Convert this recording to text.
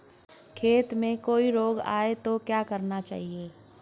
खेत में कोई रोग आये तो क्या करना चाहिए?